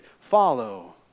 follow